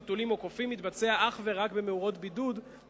חתולים או קופים יתבצע אך ורק במאורת בידוד